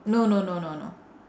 no no no no no